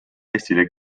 eestile